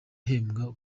ahembwa